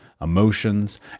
emotions